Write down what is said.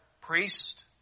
priest